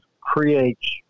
creates